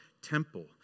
temple